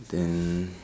then